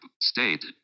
state